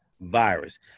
virus